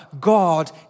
God